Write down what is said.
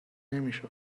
نمیشد